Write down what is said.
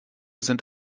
sind